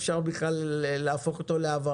איך אפשר להפוך אותו לעבריין?